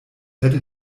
hätte